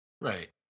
Right